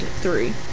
three